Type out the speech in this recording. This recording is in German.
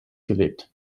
gelegt